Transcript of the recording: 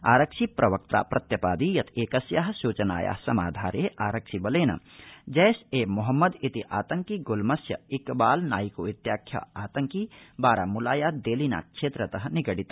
आरक्षि प्रवक्त्रा प्रत्यपादि यत् एकस्या सत्य सूचनाया समाधारे आरक्षिबलेन जैश ए मोहम्मद इति आतंकि गुल्मस्य इकबाल नाइको इत्याख्य आतंकी बारामुलाया देलिना क्षेत्रत निगडित